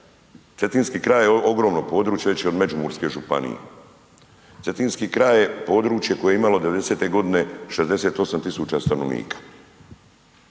Cetinski kraj je ogromno područje veći od Međimurske županije. Cetinski kraj je područje koje imalo '90. godine 68.000 stanovnika.